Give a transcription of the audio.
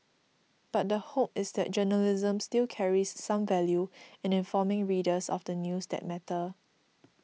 but the hope is that journalism still carries some value in informing readers of the news that matter